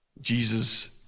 Jesus